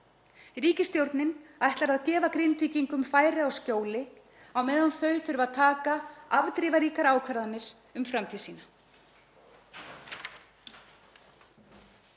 Ríkisstjórnin ætlar að gefa Grindvíkingum færi á skjóli á meðan þau þurfa að taka afdrifaríkar ákvarðanir um framtíð sína.